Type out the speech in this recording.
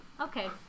Okay